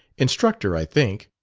instructor, i think.